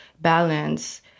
balance